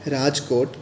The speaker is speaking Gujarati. રાજકોટ